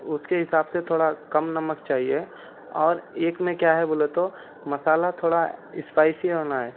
اس کے حساب سے تھوڑا کم نمک چاہیے اور ایک میں کیا ہے بولے تو مسالہ تھوڑا اسپائسی ہونا ہے